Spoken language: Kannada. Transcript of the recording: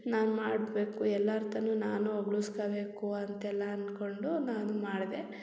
ನಾನು ಮಾಡಬೇಕು ಎಲ್ಲರ ತನು ನಾನು ಹೊಗ್ಳಸ್ಕಬೇಕು ಅಂತೆಲ್ಲ ಅಂದ್ಕೊಂಡು ನಾನು ಮಾಡಿದೆ